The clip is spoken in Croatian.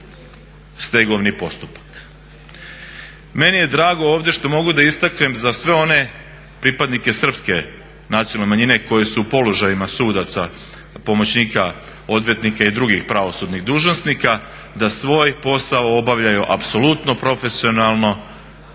stegovni postupak. Meni je drago ovdje što mogu da istaknem za sve one pripadnike Srpske nacionalne manjine koji su u položajima sudaca, pomoćnika, odvjetnika i drugih pravosudnih dužnosnika da svoj posao obavljaju apsolutno profesionalno